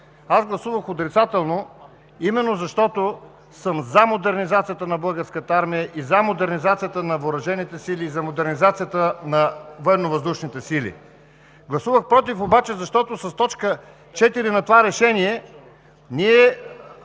Аз гласувах отрицателно, именно защото съм за модернизацията на Българската армия, за модернизацията на въоръжените сили и за модернизацията на Военновъздушните сили. Гласувах „против“, защото с точка четвърта на това решение